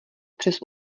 přes